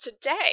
today